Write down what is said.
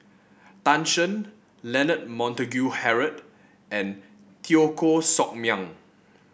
Tan Shen Leonard Montague Harrod and Teo Koh Sock Miang